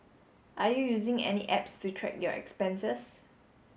are you using any apps to track your expenses